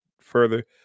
further